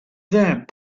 there